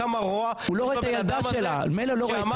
כמה רוע יש בבן אדם הזה?